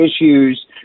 issues